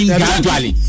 gradually